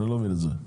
אני לא מבין את זה.